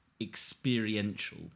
experiential